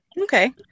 Okay